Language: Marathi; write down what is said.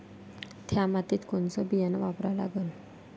थ्या मातीत कोनचं बियानं वापरा लागन?